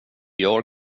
gör